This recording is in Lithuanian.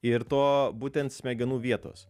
ir to būtent smegenų vietos